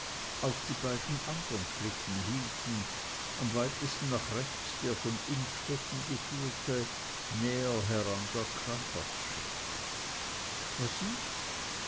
auch die beiden anderen schlitten hielten am weitesten nach rechts der von innstetten geführte näher heran der crampassche was ist